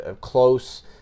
close